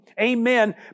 amen